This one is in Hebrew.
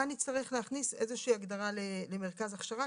כאן נצטרך להכניס איזושהי הגדרה למרכז הכשרה,